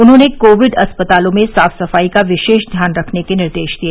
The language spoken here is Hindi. उन्होंने कोविड अस्पतालों में साफ सफाई का विशेष ध्यान रखने के निर्देश दिए